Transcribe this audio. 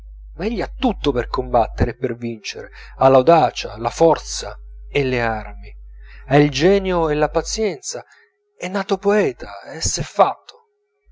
ha tutto per combattere e per vincere ha l'audacia la forza e le armi ha il genio e la pazienza è nato poeta e s'è fatto